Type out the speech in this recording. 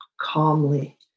calmly